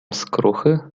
skruchy